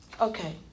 Okay